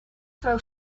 throw